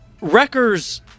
Wrecker's